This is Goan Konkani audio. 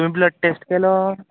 तुवें ब्लड टेस्ट केलो